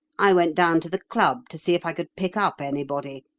i went down to the club to see if i could pick up anybody.